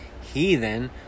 heathen